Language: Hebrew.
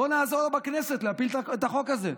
בואו נעזור לו בכנסת להפיל את החוק הזה.